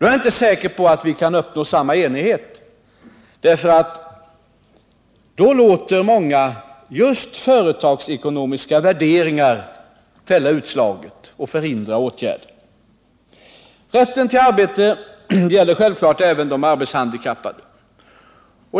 är jag inte säker på att vi kan uppnå samma enighet, för då låter många just företagsekonomiska värderingar fälla utslaget, vilket förhindrar åtgärder. Rätten till arbete gäller självfallet även de arbetshandikappade.